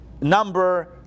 number